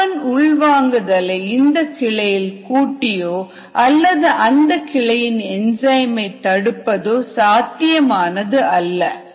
carbon உள்வாங்குதலை இந்தக் கிளையில் கூட்டியோ அல்லது அந்த கிளையின் என்ஜாய்ம் ஐ தடுப்பதோ சாத்தியமானதல்ல